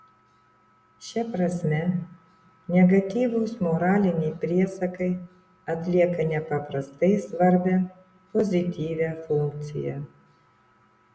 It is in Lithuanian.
šia prasme negatyvūs moraliniai priesakai atlieka nepaprastai svarbią pozityvią funkciją